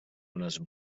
unes